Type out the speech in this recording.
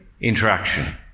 interaction